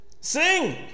sing